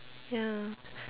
yeah